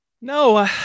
No